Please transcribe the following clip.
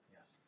Yes